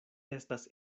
estas